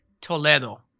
Toledo